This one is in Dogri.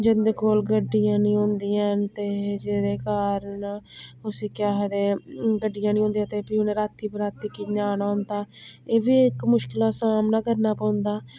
जिं'दे कोल गड्डियां नी होंदियां हैन ते जेह्दे घर न उसी केह् आखदे गड्डियां नी होंदियां ते फ्ही उनें रातीं बरातीं कि'यां आना होंदा एह् बी इक मुश्कलां दा सामना करना पौंदा